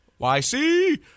YC